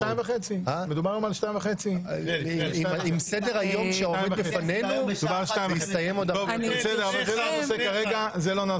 דובר על 14:30. זה לא הנושא כרגע.